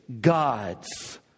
God's